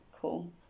cool